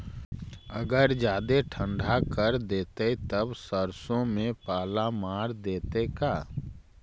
अगर जादे ठंडा कर देतै तब सरसों में पाला मार देतै का?